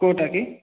କେଉଁଟା କି